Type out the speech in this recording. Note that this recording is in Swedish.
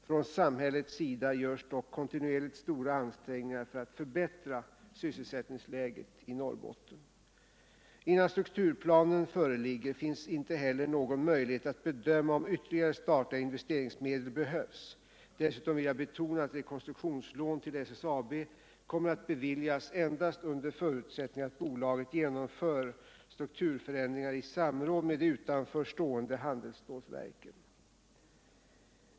Från samhällets sida görs dock kontinuerligt stora ansträngningar för att förbättra sysselsättningsläget i Norrbotten. Innan strukturplanen föreligger finns inte heller någon möjlighet att bedöma om ytterligare statliga investeringsmedel behövs. Dessutom vill jag betona att rekonstruktionslån till SSAB kommer att beviljas endast under förutsättning att bolaget genomför strukturförändringar i samråd med de utanför stående handelsstålverken.